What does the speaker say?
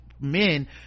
men